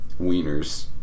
Wieners